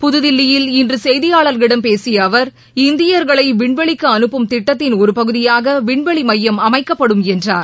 புதுதில்லியில் இன்றுசெய்தியாளர்களிடம் பேசியஅவர் இந்தியர்களைவிண்வெளிக்குஅனுப்பும் திட்டத்தின் ஒருபகுதியாகவிண்வெளிமையம் அமைக்கப்படும் என்றார்